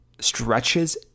stretches